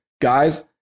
guys